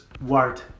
word